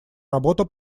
работа